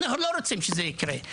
אנחנו לא רוצים שזה יקרה.